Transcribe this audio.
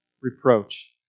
reproach